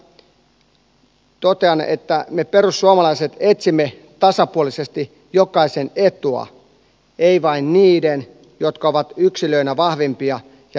lopuksi vielä totean että me perussuomalaiset etsimme tasapuolisesti jokaisen etua emme vain niiden jotka ovat yksilöinä vahvimpia ja menestyneimpiä